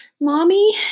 Mommy